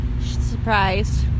surprised